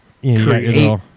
create